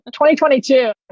2022